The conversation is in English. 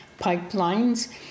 pipelines